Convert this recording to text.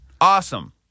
Awesome